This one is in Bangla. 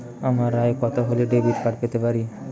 আমার আয় কত হলে ডেবিট কার্ড পেতে পারি?